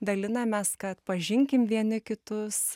dalinamės kad pažinkim vieni kitus